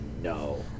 no